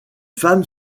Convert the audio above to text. femme